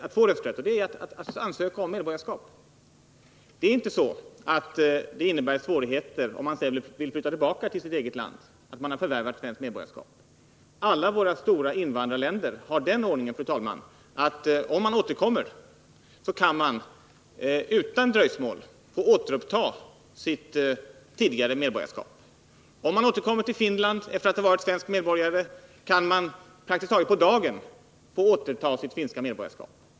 Att man har förvärvat svenskt medborgarskap medför inte några svårigheter om man sedan vill flytta tillbaka till sitt eget land. Alla våra stora invandrarländer har den ordningen att om man återkommer kan man utan dröjsmål få återuppta sitt tidigare medborgarskap. Återkommer man till Finland efter att ha varit svensk medborgare, kan man praktiskt taget på dagen få återta sitt finska medborgarskap.